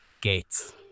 gates